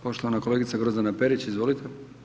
Poštovana kolegica Grozdana Perić, izvolite.